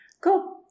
Cool